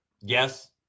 yes